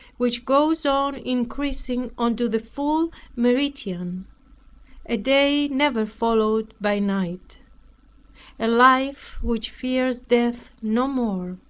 which goes on increasing unto the full meridian a day never followed by night a life which fears death no more,